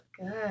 Good